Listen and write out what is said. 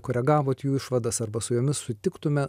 koregavot jų išvadas arba su jomis sutiktume